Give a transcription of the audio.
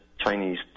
Chinese